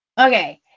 Okay